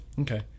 okay